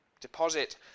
Deposit